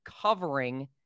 covering